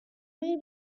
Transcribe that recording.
may